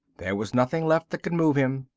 there was nothing left that could move him,